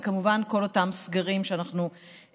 וכמובן כל אותם סגרים שחווינו.